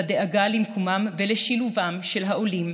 לדאגה למקומם ולשילובם של העולים,